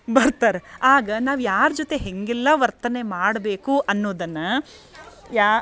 ಬರ್ತಾರೆ ಆಗ ನಾವು ಯಾರ ಜೊತೆ ಹೇಗೆಲ್ಲ ವರ್ತನೆ ಮಾಡಬೇಕು ಅನ್ನೋದನ್ನ ಯಾ